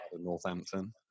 Northampton